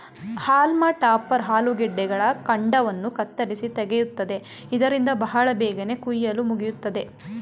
haulm topper ಆಲೂಗಡ್ಡೆಗಳ ಕಾಂಡವನ್ನು ಕತ್ತರಿಸಿ ತೆಗೆಯುತ್ತದೆ ಇದರಿಂದ ಬಹಳ ಬೇಗನೆ ಕುಯಿಲು ಮುಗಿಯುತ್ತದೆ